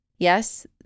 yes